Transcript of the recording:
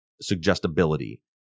suggestibility